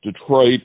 Detroit